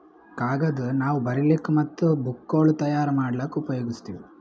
ಕಾಗದ್ ನಾವ್ ಬರಿಲಿಕ್ ಮತ್ತ್ ಬುಕ್ಗೋಳ್ ತಯಾರ್ ಮಾಡ್ಲಾಕ್ಕ್ ಉಪಯೋಗಸ್ತೀವ್